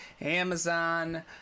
Amazon